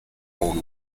own